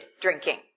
drinking